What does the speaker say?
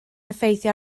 effeithio